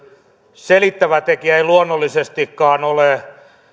selittävä tekijä ei luonnollisestikaan ole